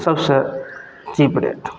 सबसे cheap rate